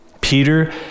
Peter